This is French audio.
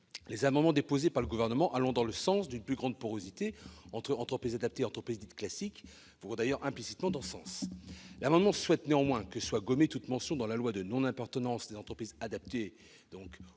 Les amendements déposés par le Gouvernement allant dans le sens d'une plus grande porosité entre entreprises adaptées et entreprises dites classiques vont d'ailleurs implicitement dans ce sens. Les auteurs de l'amendement n° 393 souhaitent que soit gommée toute mention dans la loi d'une non-appartenance des entreprises adaptées